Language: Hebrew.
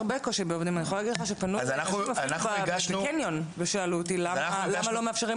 זה שיש משפחה, זה לא אומר שהמשפחה